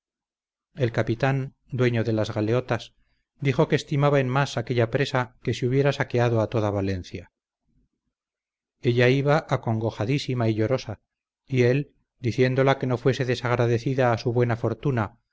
el capitán dueño de las galeotas dijo que estimaba en más aquella presa que si hubiera saqueado a toda valencia ella iba acongojadísima y llorosa y él diciéndola que no fuese desagradecida a su buena fortuna